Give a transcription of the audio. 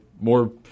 more